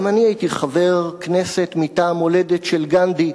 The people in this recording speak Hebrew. גם אני הייתי חבר הכנסת מטעם מולדת של גנדי,